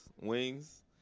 wings